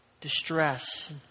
distress